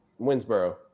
Winsboro